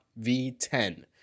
V10